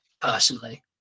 personally